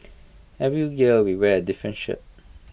every year we wear different shirt